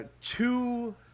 two